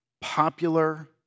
popular